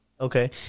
Okay